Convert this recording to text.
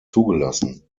zugelassen